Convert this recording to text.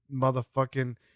motherfucking